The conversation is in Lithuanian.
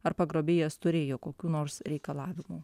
ar pagrobėjas turėjo kokių nors reikalavimų